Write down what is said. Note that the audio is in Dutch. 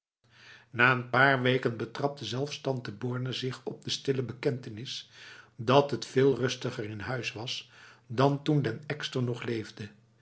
na n paar weken betrapte zelfs tante borne zich op de stille bekentenis dat het veel rustiger in huis was dan toen den ekster nog leefde